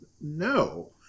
No